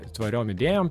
tvariom idėjom